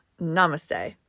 Namaste